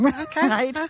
okay